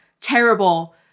terrible